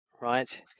right